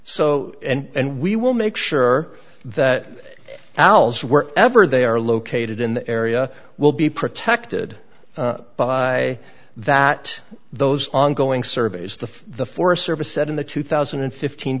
so and we will make sure that als were ever they are located in the area will be protected by that those ongoing surveys to the forest service said in the two thousand and fifteen